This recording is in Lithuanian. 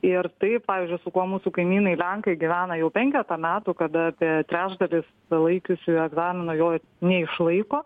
ir tai pavyzdžiui su kuo mūsų kaimynai lenkai gyvena jau penketą metų kada apie trečdalis laikiusiųjų egzaminą jo neišlaiko